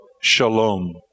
Shalom